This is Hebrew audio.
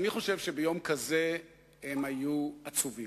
אני חושב שביום כזה הם היו עצובים,